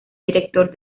director